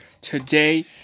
today